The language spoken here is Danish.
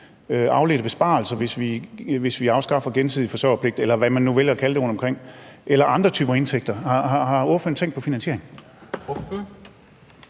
afledte besparelser, hvis vi afskaffer gensidig forsørgerpligt, eller hvad man nu vælger at kalde det rundtomkring, eller andre typer indtægter? Har ordføreren tænkt på finansieringen?